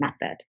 method